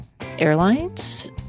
airlines